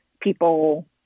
people